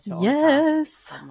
Yes